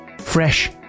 fresh